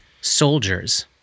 soldiers